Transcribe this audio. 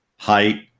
height